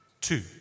Two